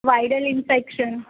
viral infection